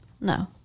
no